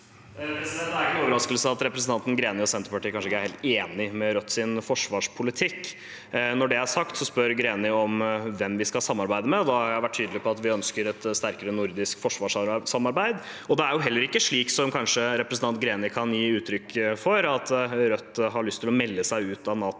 Det er ikke noen overraskelse at representanten Greni og Senterpartiet kanskje ikke er helt enig i Rødts forsvarspolitikk. Når det er sagt, spør Greni om hvem vi skal samarbeide med, og da har jeg vært tydelig på at vi ønsker et sterkere nordisk forsvarssamarbeid. Det er heller ikke slik, som representanten Greni gir inntrykk av, at Rødt har lyst til å melde seg ut av NATO i morgen.